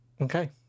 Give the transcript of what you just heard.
Okay